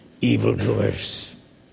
evildoers